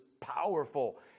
powerful